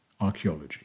Archaeology